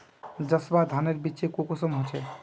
जसवा धानेर बिच्ची कुंसम होचए?